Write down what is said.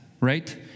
right